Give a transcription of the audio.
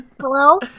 Hello